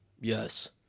Yes